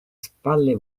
spalle